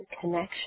connection